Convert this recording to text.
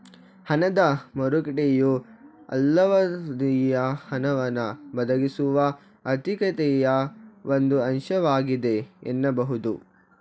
ಹಣದ ಮಾರುಕಟ್ಟೆಯು ಅಲ್ಪಾವಧಿಯ ಹಣವನ್ನ ಒದಗಿಸುವ ಆರ್ಥಿಕತೆಯ ಒಂದು ಅಂಶವಾಗಿದೆ ಎನ್ನಬಹುದು